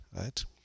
right